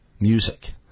music